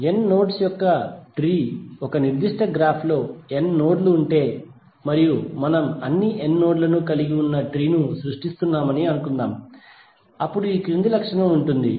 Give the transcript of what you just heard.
N nodes యొక్క tree ఒక నిర్దిష్ట గ్రాఫ్ లో n నోడ్ లు ఉంటే మరియు మనము అన్ని n నోడ్ లను కలిగి ఉన్న ట్రీ ను సృష్టిస్తున్నామని అనుకుందాం అప్పుడు ఈ క్రింది లక్షణం ఉంటుంది